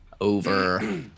over